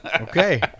Okay